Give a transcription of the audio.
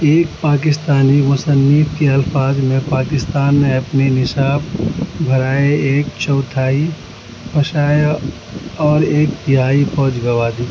ایک پاکستانی مصنف کے الفاظ میں پاکستان نے اپنی نصاب بھرائے ایک چوتھائی فضائیہ اور ایک تہائی فوج گنوا دی